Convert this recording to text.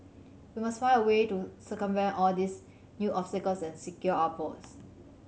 we must find a way to circumvent all these new obstacles secure votes